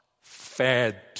fed